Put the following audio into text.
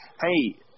Hey